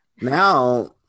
now